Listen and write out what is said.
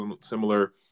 similar